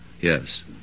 Yes